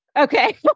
Okay